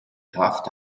kraft